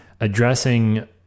addressing